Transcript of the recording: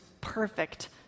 perfect